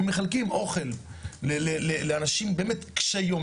מחלקים אוכל לאנשים קשי יום,